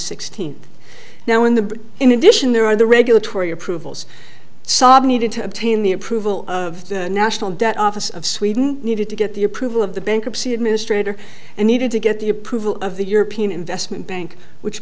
sixteenth now in the in addition there are the regulatory approvals sob needed to obtain the approval of the national debt office of sweden needed to get the approval of the bankruptcy administrator and needed to get the approval of the european investment bank which